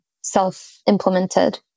self-implemented